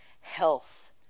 health